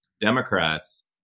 Democrats